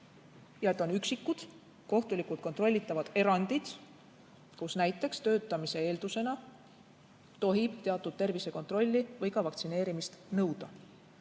ja et on üksikud, kohtulikult kontrollitavad erandid, kus näiteks töötamise eeldusena tohib teatud tervisekontrolli või vaktsineerimist nõuda.